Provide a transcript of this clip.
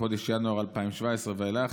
"מחודש ינואר 2017 ואילך,